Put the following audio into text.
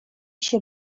się